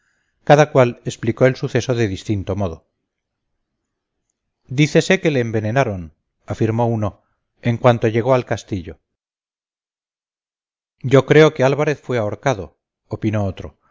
cada cual explicó el suceso de distinto modo dícese que le envenenaron afirmó uno en cuanto llegó al castillo yo creo que álvarez fue ahorcado opinó otro